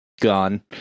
gone